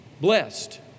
Blessed